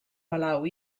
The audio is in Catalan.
palau